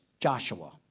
Joshua